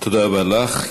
תודה רבה לך.